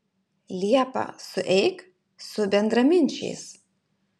liepą sueik su bendraminčiais